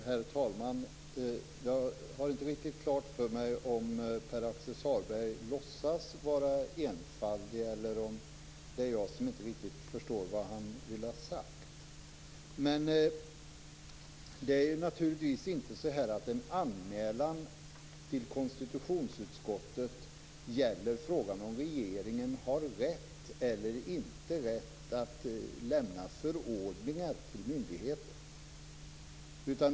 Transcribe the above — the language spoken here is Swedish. Herr talman! Jag har inte riktigt klart för mig om Pär-Axel Sahlberg låtsas vara enfaldig eller om det är jag som inte riktigt förstår vad han vill ha sagt. En anmälan till konstitutionsutskottet gäller inte om regeringen har rätt eller inte rätt att lämna förordningar till myndigheter.